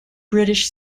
british